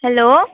hello